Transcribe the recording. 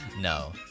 No